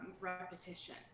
repetition